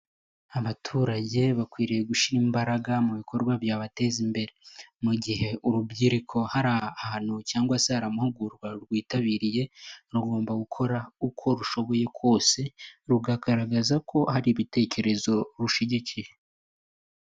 Abaturage bakwiriye gushyira imbaraga mu bikorwa byabateza imbere. Mu gihe urubyiruko hari ahantu cyangwa se hari amahugurwa rwitabiriye, rugomba gukora uko rushoboye kose rukagaragaza ko hari ibitekerezo rushyigikiye.